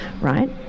Right